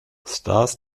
stars